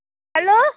hello